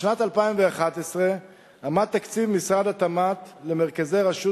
בשנת 2011 היה תקציב משרד התמ"ת למרכזי "רשות